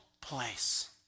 place